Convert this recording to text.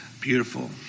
Beautiful